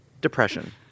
Depression